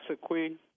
Queen